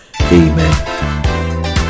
amen